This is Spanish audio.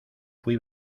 fuí